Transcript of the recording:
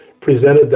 presented